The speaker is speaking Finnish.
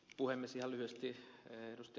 ihan lyhyesti ed